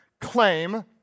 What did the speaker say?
claim